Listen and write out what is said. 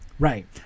Right